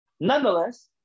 nonetheless